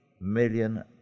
million